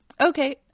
Okay